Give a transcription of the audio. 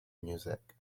music